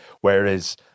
Whereas